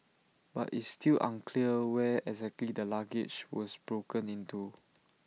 but it's still unclear where exactly the luggage was broken into